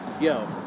yo